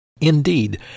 Indeed